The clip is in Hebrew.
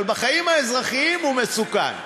אבל בחיים האזרחיים הוא מסוכן.